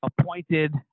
appointed